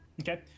Okay